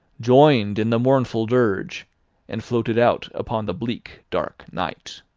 joined in the mournful dirge and floated out upon the bleak, dark night.